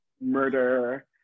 murder